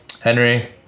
Henry